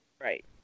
right